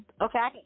Okay